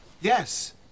Yes